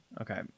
Okay